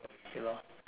ya lor